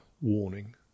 warning